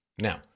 Now